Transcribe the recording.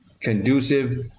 conducive